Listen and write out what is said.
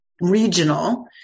regional